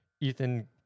Ethan